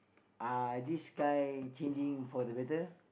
uh this guy changing for the better